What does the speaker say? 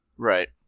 Right